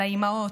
על האימהות,